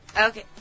Okay